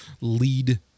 lead